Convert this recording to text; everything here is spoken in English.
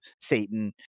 Satan